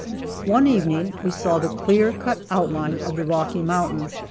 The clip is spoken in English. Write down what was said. one evening we saw the clear cut outline of the rocky mountains,